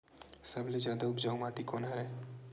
सबले जादा उपजाऊ माटी कोन हरे?